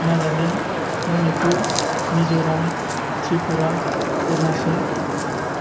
Nagaland Manipur Mizoram Tripura Arunachal